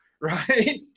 right